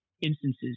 instances